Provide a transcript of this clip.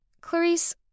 Clarice